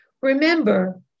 Remember